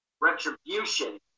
Retribution